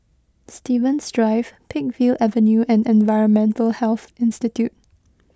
Stevens Drive Peakville Avenue and Environmental Health Institute